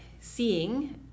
seeing